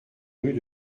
rue